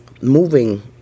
moving